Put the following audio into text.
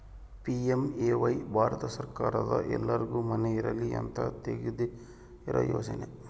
PMAY Bharat ಸರ್ಕಾರದ ಎಲ್ಲರ್ಗು ಮನೆ ಇರಲಿ ಅಂತ ತೆಗ್ದಿರೊ ಯೋಜನೆ